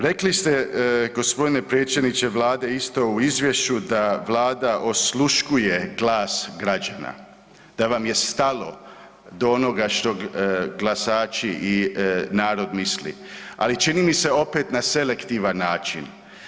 Rekli ste gospodine predsjedniče Vlade isto u izvješću da Vlada osluškuje glas građana, da vam je stalo do onoga što glasači i narod misli, ali čini mi se opet na selektivan način.